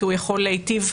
כי הוא יכול להטיב.